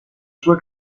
sua